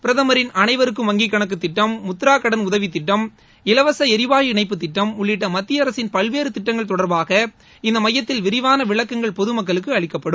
பிரதமரின் அனைவருக்கும் வங்கிக் கணக்கு திட்டம் முத்ரா கடன் உதவித் திட்டம் இலவச எரிவாயு இணைப்புத் திட்டம் உள்ளிட்ட மத்திய அரசின் பல்வேறு திட்டங்கள் தொடர்பாக இந்த எமயத்தில் விரிவாள விளக்கங்கள் பொதுமக்களுக்கு அளிக்கப்படும்